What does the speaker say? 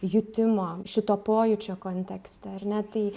jutimo šito pojūčio kontekste ar ne tai